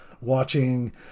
watching